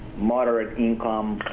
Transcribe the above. moderate income.